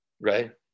right